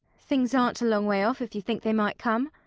thing's aren't a long way off if you think they might come.